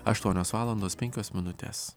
aštuonios valandos penkios minutės